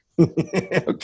Okay